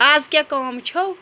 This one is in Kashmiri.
آز کیٛاہ کٲم چھَو